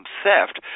theft